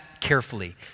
carefully